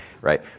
right